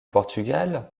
portugal